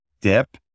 dip